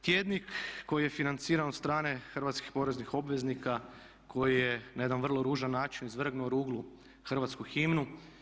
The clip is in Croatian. Tjednik koji je financiran od strane Hrvatskih poreznih obveznika, koji je na jedan vrlo ružan način izvrgnuo ruglu hrvatsku himnu.